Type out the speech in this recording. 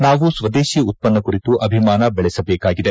ನಾವು ಸ್ವದೇತಿ ಉತ್ಪನ್ನ ಕುರಿತು ಅಭಿಮಾನ ದೆಳೆಸಬೇಕಾಗಿದೆ